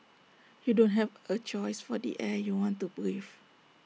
you don't have A choice for the air you want to breathe